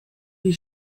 die